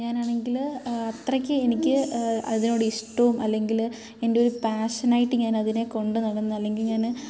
ഞാനാണെങ്കിൽ അത്രയ്ക്ക് എനിക്ക് അതിനോട് ഇഷ്ടവും അല്ലെങ്കിൽ എൻ്റെ ഒരു പാഷനായിട്ട് ഞാൻ അതിനെ കൊണ്ട് നടന്ന് അല്ലെങ്കിൽ ഞാൻ